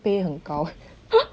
pay 很高